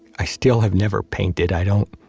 i still have never painted. i don't,